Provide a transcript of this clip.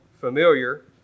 familiar